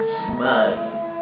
smile